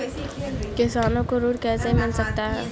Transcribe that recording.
किसानों को ऋण कैसे मिल सकता है?